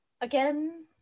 again